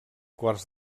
quarts